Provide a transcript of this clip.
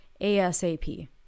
ASAP